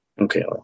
Okay